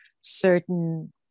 certain